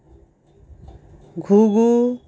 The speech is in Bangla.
ঘুঘু